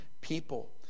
people